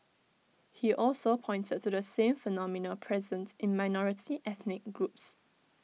he also pointed to the same phenomena presents in minority ethnic groups